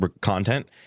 content